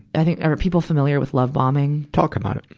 i think, are people familiar with love bombing? talk about it.